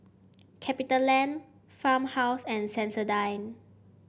Capitaland Farmhouse and Sensodyne